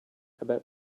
about